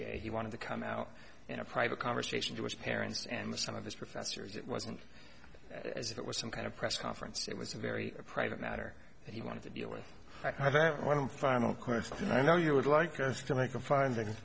gay he wanted to come out in a private conversation to his parents and the son of his professors it wasn't as if it was some kind of press conference it was a very private matter and he wanted to deal with i have one final question i know you would like to make a finding